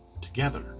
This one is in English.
together